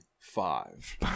Five